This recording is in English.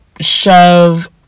shove